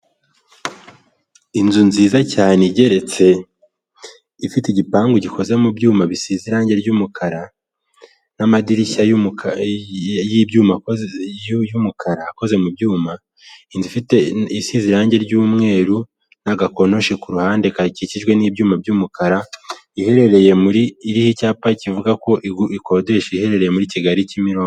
Inzu nziza cyane igeretse ifite igipangu gikoze mu byuma bisize irangi ry'umukara n'amadirishya y'ibyuma y'umukara akoze mu byuma, inzu isize irangi ry'umweru n'agakonoshi kuruhande gakikijwe n'ibyuma by'umukara ,iherereye muri iki cyapa kivuga ko ikodesha iherereye muri Kigali ,Kimironko.